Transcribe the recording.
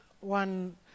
one